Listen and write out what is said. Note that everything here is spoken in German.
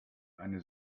eine